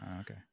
Okay